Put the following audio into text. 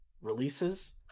releases